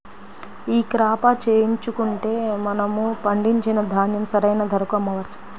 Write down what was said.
ఈ క్రాప చేయించుకుంటే మనము పండించిన ధాన్యం సరైన ధరకు అమ్మవచ్చా?